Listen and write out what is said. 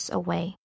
away